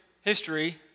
history